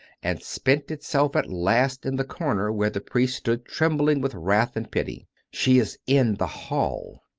and spent itself at last in the corner where the priest stood trembling with wrath and pity. she is in the hall.